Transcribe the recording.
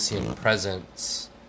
presence